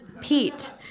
Pete